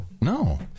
No